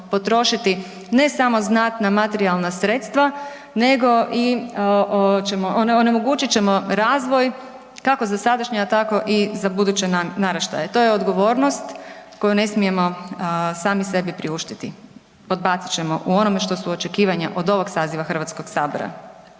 potrošiti ne samo znatna materijalna sredstva nego onemogućit ćemo razvoj kako za sadašnja a tako i za buduće naraštaje. To je odgovornost koju ne smijemo sami sebi priuštiti. Podbacit ćemo u onome što su očekivanja od ovog saziva Hrvatskog sabora.